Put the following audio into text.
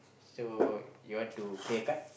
so you want to play a card